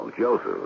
Joseph